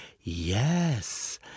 yes